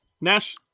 Nash